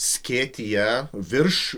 skėtyje virš